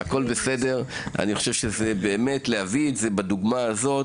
אני חושב שלהביא את זה בדוגמה הזאת,